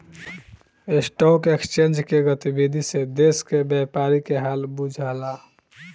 stock exchange के गतिविधि से देश के व्यापारी के हाल बुझला